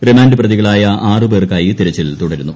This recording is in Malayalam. റിമാൻഡ് പ്രതികളായ ആറുപേർക്കായി തിരച്ചിൽ തുടരുന്നു